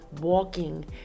walking